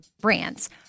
brands